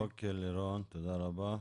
אוקיי, לירון תודה רבה.